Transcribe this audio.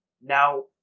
Now